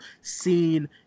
seen